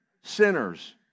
Sinners